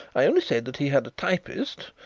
i only said that he had a typist.